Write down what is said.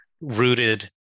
rooted